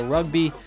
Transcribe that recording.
Rugby